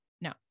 no